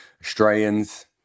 Australians